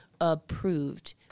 Approved